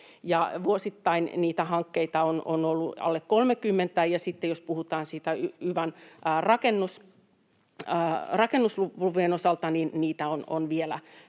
vuosittain niitä hankkeita on ollut alle 30, ja sitten jos puhutaan rakennuslupien osalta, niin niitä on vielä